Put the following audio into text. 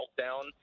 meltdown